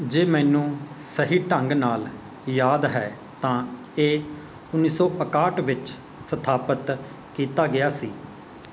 ਜੇ ਮੈਨੂੰ ਸਹੀ ਢੰਗ ਨਾਲ ਯਾਦ ਹੈ ਤਾਂ ਇਹ ਉੱਨੀ ਸੌ ਇਕਾਹਠ ਵਿੱਚ ਸਥਾਪਿਤ ਕੀਤਾ ਗਿਆ ਸੀ